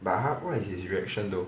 but 他 what is his reaction though